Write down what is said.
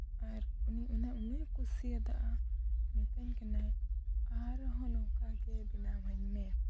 ᱟᱨ ᱩᱱᱤ ᱚᱱᱟ ᱩᱱᱟᱹᱜᱼᱮ ᱠᱩᱥᱤᱭᱟᱫᱟ ᱢᱤᱛᱟᱹᱧ ᱠᱟᱱᱟᱭ ᱟᱨᱦᱚᱸ ᱱᱚᱝᱠᱟ ᱜᱮ ᱵᱮᱱᱟᱣᱟᱹᱧ ᱢᱮ